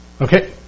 Okay